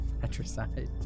Patricide